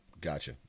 Gotcha